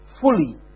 fully